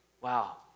wow